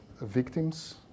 victims